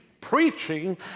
Preaching